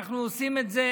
ואנחנו עושים את זה